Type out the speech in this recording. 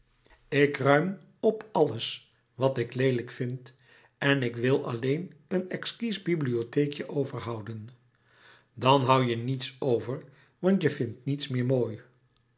ik ruim op alles wat ik leelijk vind en ik wil alleen een exquis bibliotheekje overhouden dan hoû je niets over want je vindt niets meer mooi